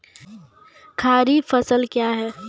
खरीफ फसल क्या हैं?